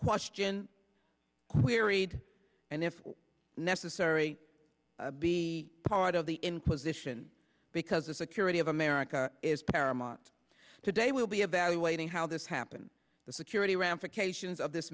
question queried and if necessary be part of the inquisition because the security of america is paramount today we'll be evaluating how this happened the security ramifications of this